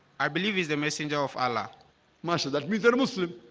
i believe he's a messenger of allah marsha's. that means are muslim